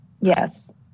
Yes